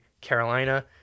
Carolina